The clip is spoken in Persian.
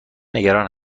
نگران